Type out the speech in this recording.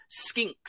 skinks